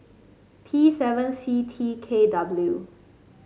P seven C T K W